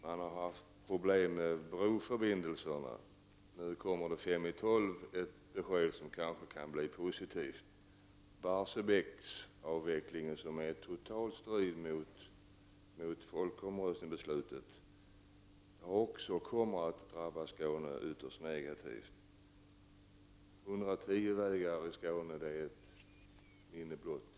Man har haft problem med frågan om broförbindelserna. Nu, fem minuter i tolv, kommer ett besked som kanske kan visa sig vara positivt. Avvecklingen av Barsebäck står helt i strid med folkomröstningsbeslutet. Också det här kommer att drabba Skåne ytterst negativt. 110-vägarna i Skåne är ett minne blott.